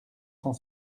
cent